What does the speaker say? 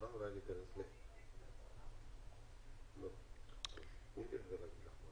עם הצורך לתת מענה מיידי לקטינים שנמצאים בצו וצריך ליישם את הצו.